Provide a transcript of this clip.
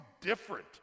different